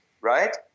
right